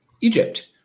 Egypt